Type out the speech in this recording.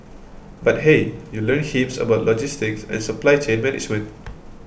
but hey you learn heaps about logistics and supply chain management